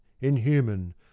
inhuman